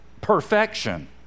perfection